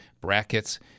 brackets